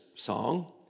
song